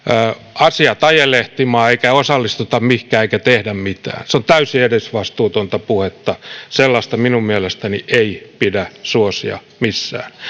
asiat ajelehtimaan eikä osallistuta mihinkään eikä tehdä mitään on täysin edesvastuutonta puhetta sellaista minun mielestäni ei pidä suosia missään